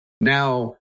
now